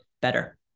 better